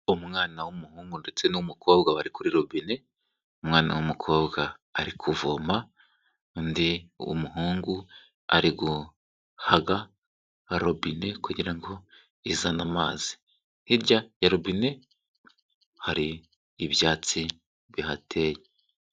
Umwana w'umuhungu ndetse n'uw 'umukobwa bari kuri robine, umwana w'umukobwa ari kuvoma undi w'umuhungu ari guhaga robine kugira ngo izane amazi. Hirya ya robine hari ibyatsi bihateye.